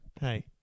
Hey